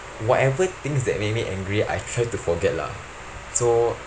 whatever things that make me angry I try to forget lah so